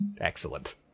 Excellent